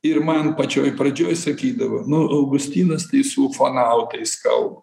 ir man pačioj pradžioj sakydavo nu augustynas tai su ufonautais kalba